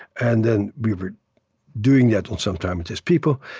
and then we were doing that on some traumatized people,